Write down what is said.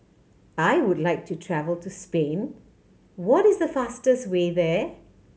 I would like to travel to Spain what is the fastest way there